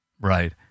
Right